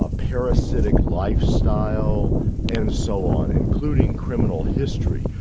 ah parasitic lifestyle and so on, including criminal history.